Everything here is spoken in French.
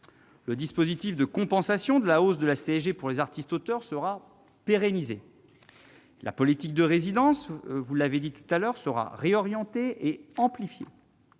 Le dispositif de compensation de la hausse de la CSG pour les artistes-auteurs sera pérennisé. La politique de résidences sera réorientée et amplifiée.